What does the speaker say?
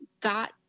got